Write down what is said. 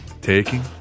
taking